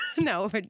no